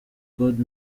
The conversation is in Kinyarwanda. god